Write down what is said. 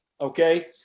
Okay